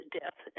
death